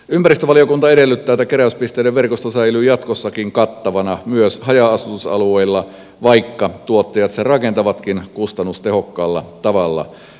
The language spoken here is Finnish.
ympäristövaliokunta edellyttää että keräyspisteiden verkosto säilyy jatkossakin kattavana myös haja asutusalueilla vaikka tuottajat sen rakentavatkin kustannustehokkaalla tavalla